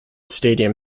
stadium